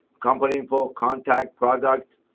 company info, contact, product.